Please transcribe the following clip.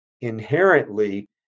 inherently